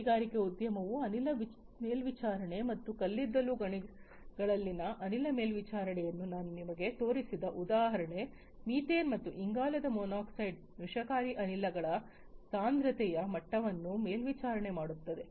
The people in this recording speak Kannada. ಗಣಿಗಾರಿಕೆ ಉದ್ಯಮವು ಅನಿಲ ಮೇಲ್ವಿಚಾರಣೆ ಮತ್ತು ಕಲ್ಲಿದ್ದಲು ಗಣಿಗಳಲ್ಲಿನ ಅನಿಲ ಮೇಲ್ವಿಚಾರಣೆಯನ್ನು ನಾನು ನಿಮಗೆ ತೋರಿಸಿದ ಉದಾಹರಣೆ ಮೀಥೇನ್ ಮತ್ತು ಇಂಗಾಲದ ಮಾನಾಕ್ಸೈಡ್ನಂತಹ ವಿಷಕಾರಿ ಅನಿಲಗಳ ಸಾಂದ್ರತೆಯ ಮಟ್ಟವನ್ನು ಮೇಲ್ವಿಚಾರಣೆ ಮಾಡುತ್ತದೆ